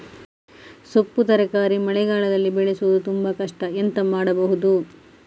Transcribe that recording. ಸೊಪ್ಪು ತರಕಾರಿ ಮಳೆಗಾಲದಲ್ಲಿ ಬೆಳೆಸುವುದು ತುಂಬಾ ಕಷ್ಟ ಎಂತ ಮಾಡಬಹುದು?